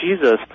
Jesus